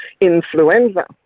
influenza